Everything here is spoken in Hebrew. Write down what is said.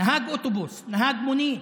נהג אוטובוס, נהג מונית,